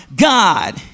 God